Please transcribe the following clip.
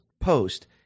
post